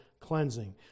Cleansing